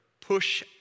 push